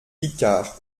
picard